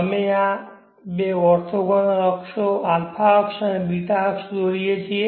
અમે આ બે ઓર્થોગોનલ અક્ષો α અક્ષ અને ß અક્ષ દોરીએ છીએ